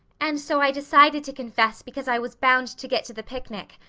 and so i decided to confess because i was bound to get to the picnic.